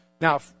Now